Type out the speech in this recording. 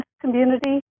community